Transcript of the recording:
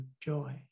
joy